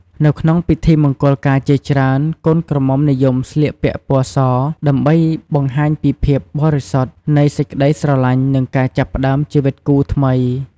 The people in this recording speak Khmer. នៅក្នុងពិធីមង្គលការជាច្រើន កូនក្រមុំនិយមស្លៀកពាក់ពណ៌ស ដើម្បីបង្ហាញពីភាពបរិសុទ្ធនៃសេចក្ដីស្រឡាញ់ និងការចាប់ផ្ដើមជីវិតគូថ្មី។